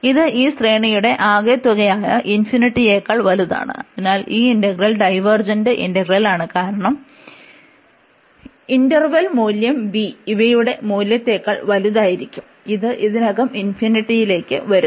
ഇത് ഈ ശ്രേണിയുടെ ആകെതുകയായ യെക്കാൾ വലുതാണ് അതിനാൽ ഈ ഇന്റഗ്രൽ ഡൈവേർജെന്റ് ഇന്റഗ്രലാണ് കാരണം ഇന്റർവെൽ മൂല്യം b തുകയുടെ മൂല്യത്തേക്കാൾ വലുതായിരിക്കും അത് ഇതിനകം ലേക്ക് വരുന്നു